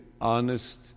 honest